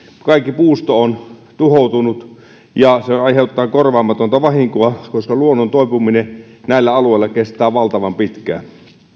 kaikki puusto on tuhoutunut ja se aiheuttaa korvaamatonta vahinkoa koska luonnon toipuminen näillä alueilla kestää valtavan pitkään